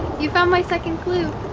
you found my second clue!